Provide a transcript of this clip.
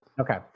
Okay